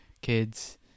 kids